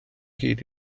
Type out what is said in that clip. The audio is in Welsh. hyd